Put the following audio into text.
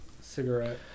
cigarette